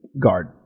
guard